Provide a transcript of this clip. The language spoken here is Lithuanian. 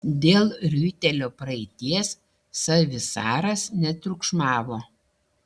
dėl riuitelio praeities savisaras netriukšmavo